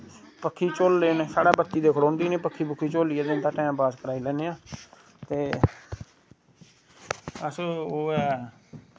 पक्खी झोलने न साढ़ै बत्ती ते खड़ोंदी नी पक्खी पुक्खी झोलियै ते इं'दा टैम पास कराई लैन्ने आं ते अस ओह् ऐ